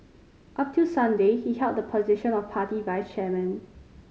up till Sunday he held the position of party vice chairman